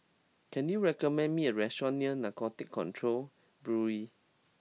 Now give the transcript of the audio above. can you recommend me a restaurant near Narcotics Control Bureau